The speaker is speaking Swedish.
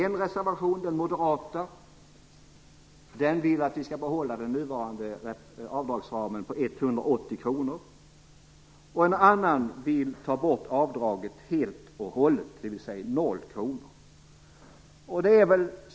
En reservation, den moderata, vill att vi skall behålla det nuvarande avdraget på 180 kr, och en annan vill ta bort avdraget helt och hållet, dvs. att det skall vara på 0 kr.